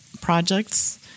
projects